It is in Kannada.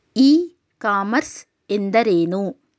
ಇ ಕಾಮರ್ಸ್ ಎಂದರೇನು?